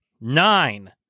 nine